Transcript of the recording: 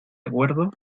acuerdo